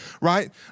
right